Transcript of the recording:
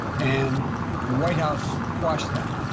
and the white house quashed that.